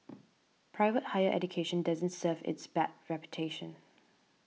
private higher education doesn't serve its bad reputation